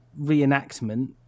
reenactment